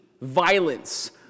violence